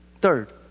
Third